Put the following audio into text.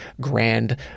grand